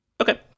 Okay